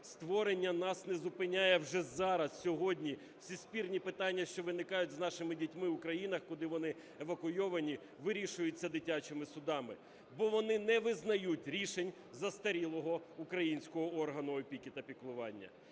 створення нас не зупиняє вже зараз, сьогодні. Всі спірні питання, що виникають з нашими дітьми у країнах, куди вони евакуйовані, вирішуються дитячими судами, бо вони не визнають рішень застарілого українського органу опіки та піклування.